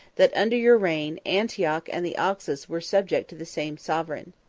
that, under your reign, antioch and the oxus were subject to the same sovereign.